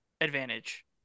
advantage